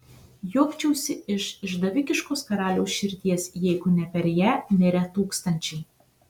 juokčiausi iš išdavikiškos karaliaus širdies jeigu ne per ją mirę tūkstančiai